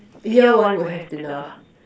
year one would have been a